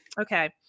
Okay